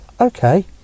Okay